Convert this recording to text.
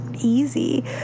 easy